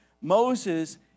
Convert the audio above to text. Moses